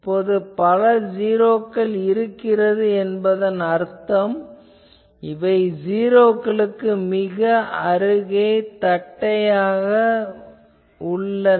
இப்போது பல ஜீரோக்கள் இருக்கிறது என்பதன் அர்த்தம் இவை ஜீரோக்களுக்கு அருகே மிக மிக தட்டையாக உள்ளன